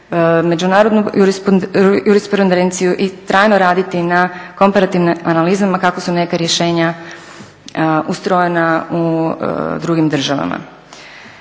se ne razumije./… i trajno raditi na komparativnim analizama kako su neka rješenja ustrojena u drugim državama.